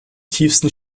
tiefsten